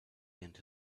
into